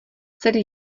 celý